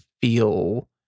feel